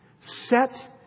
set